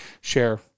share